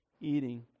eating